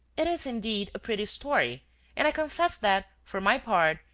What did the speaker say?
it is, indeed, a pretty story and i confess that, for my part,